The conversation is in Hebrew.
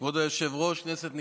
כבוד היושב-ראש, כנסת נכבדה.